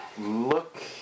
look